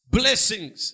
blessings